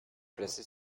placée